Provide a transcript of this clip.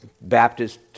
Baptist